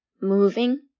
moving